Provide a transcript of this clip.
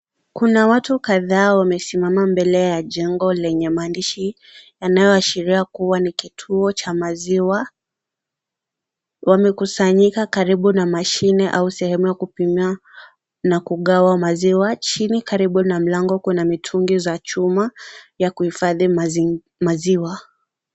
Kuna watu kadhaa wamesimamambele ya jengo lenye maandishi yanayoashiria kuwa ni kituo cha maziwa, wamekusanyika karibu na mashine au sehemu ya kupimia na kugawa maziwa, chini karinu na mlango kuna mitungi ya chuma ya kuhifhadhi maziwa.